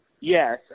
Yes